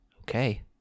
Okay